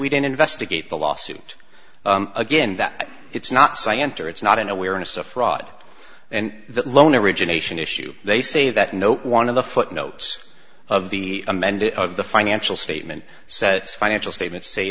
we didn't investigate the lawsuit again that it's not so i enter it's not an awareness of fraud and that loan origination issue they say that no one of the footnotes of the amended of the financial statement says financial s